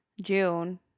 June